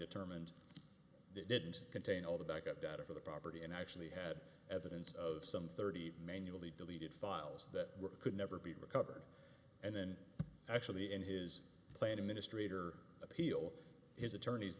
determined that didn't contain all the backup data for the property and actually had evidence of some thirty manually deleted files that were could never be recovered and then actually in his plan to mistreat or appeal his attorney's